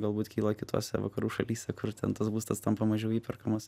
galbūt kyla kitose vakarų šalyse kur ten tas būstas tampa mažiau įperkamas